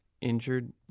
injured